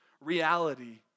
reality